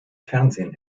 fernsehen